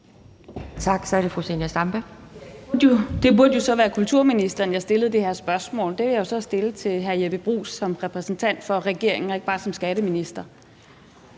Kl. 11:46 Zenia Stampe (RV): Det burde så være kulturministeren, jeg stillede det her spørgsmål, men det kan jeg jo så stille til hr. Jeppe Bruus som repræsentant for regeringen og ikke bare som skatteminister.